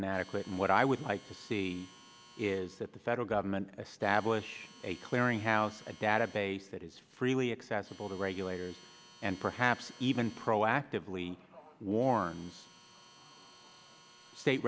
inadequate and what i would like to see is that the federal government established a clearinghouse a database that is freely accessible to regulators and perhaps even proactively warned state